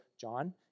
John